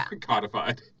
codified